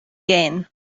gain